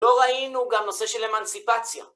לא ראינו גם נושא של אמנסיפציה.